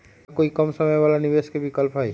का कोई कम समय वाला निवेस के विकल्प हई?